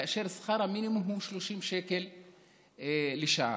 כאשר שכר המינימום הוא 30 שקל לשעה.